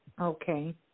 Okay